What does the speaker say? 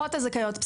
המשפחות הזכאיות.